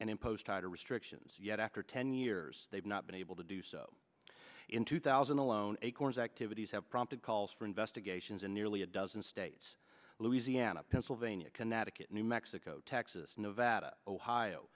and impose tighter restrictions yet after ten years they've not been able to do so in two thousand alone acorn's activities have prompted calls for investigations in nearly a dozen states louisiana pennsylvania connecticut new mexico texas nevada ohio